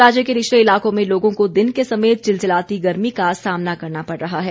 राज्य के निचले इलाकों में लोगों को दिन के समय चिलचिलाती गर्मी का सामना करना पड़ रहा है